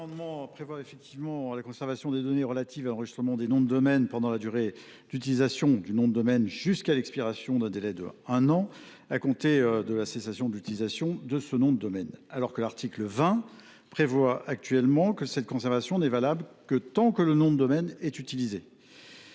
Cet amendement a effectivement pour objet la conservation des données relatives à l’enregistrement des noms de domaine pendant la durée d’utilisation du nom de domaine et jusqu’à l’expiration d’un délai d’un an à compter de la cessation de son utilisation, alors que l’article 20 énonce actuellement que cette conservation n’est valable que tant que le nom de domaine est employé.